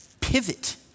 pivot